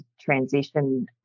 transition